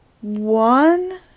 One